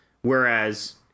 Whereas